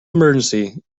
emergency